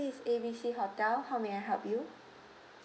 this is A B C hotel how may I help you